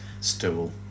Stool